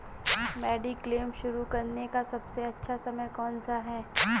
Mediclaim शुरू करने का सबसे अच्छा समय कौनसा है?